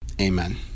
Amen